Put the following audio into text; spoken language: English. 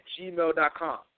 gmail.com